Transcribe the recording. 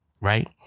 right